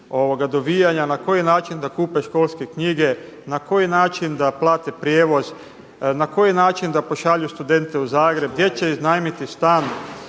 dovijanja na koji način da kupe školske knjige, na koji način da plate prijevoz, na koji način da pošalju studente u Zagreb, gdje će iznajmiti stan.